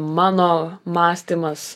mano mąstymas